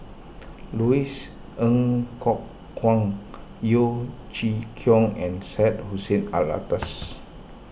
Louis Ng Kok Kwang Yeo Chee Kiong and Syed Hussein Alatas